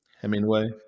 Hemingway